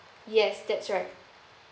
yes that's right